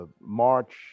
March